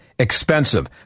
Expensive